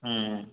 हम्म